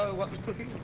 ah what's cooking?